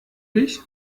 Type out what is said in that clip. dich